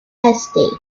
estate